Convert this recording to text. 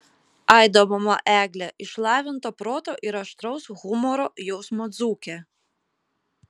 aido mama eglė išlavinto proto ir aštraus humoro jausmo dzūkė